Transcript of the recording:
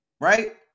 right